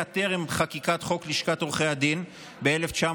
טרם חקיקת חוק לשכת עורכי הדין ב-1961.